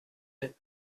deux